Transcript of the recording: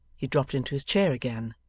he dropped into his chair again,